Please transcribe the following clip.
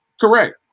Correct